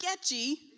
sketchy